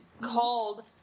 called